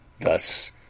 Thus